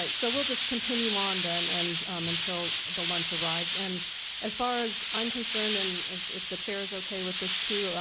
like so we'll continue on then and um until the lunch arrives and as far as i'm concerned, and if if the chair is okay with this too,